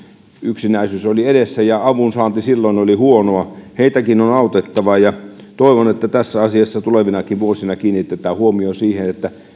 yksinäisyys oli edessä ja avunsaanti silloin oli huonoa heitäkin on autettava toivon että tässä asiassa tulevinakin vuosina kiinnitetään huomio siihen että